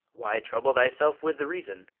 why trouble thyself with the reason?